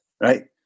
right